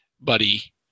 buddy